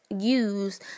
use